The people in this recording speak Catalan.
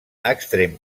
extrem